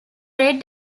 red